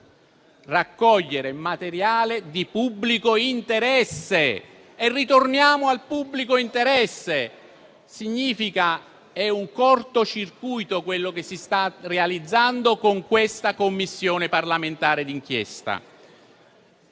Raccogliere materiale di pubblico interesse. Ritorniamo al pubblico interesse. È un cortocircuito quello che si sta realizzando con questa Commissione parlamentare d'inchiesta.